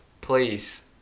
please